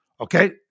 Okay